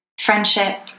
friendship